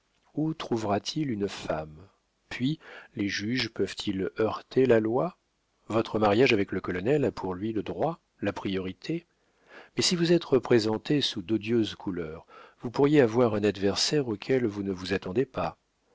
où trouvera-t-il une femme puis les juges peuvent-ils heurter la loi votre mariage avec le colonel a pour lui le droit la priorité mais si vous êtes représentée sous d'odieuses couleurs vous pourriez avoir un adversaire auquel vous ne vous attendez pas